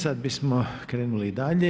Sada bismo krenuli dalje.